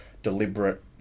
Deliberate